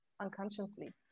unconsciously